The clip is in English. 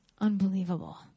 unbelievable